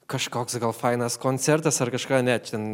kažkoks gal fainas koncertas ar kažką ne čia